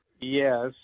Yes